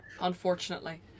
unfortunately